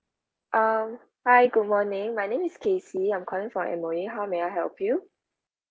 um hi good morning my name is casey I'm calling from M_O_E how may I help you